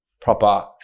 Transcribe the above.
proper